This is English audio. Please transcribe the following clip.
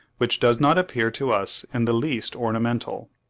which does not appear to us in the least ornamental?